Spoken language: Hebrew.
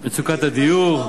מצוקת הדיור,